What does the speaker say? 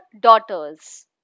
daughters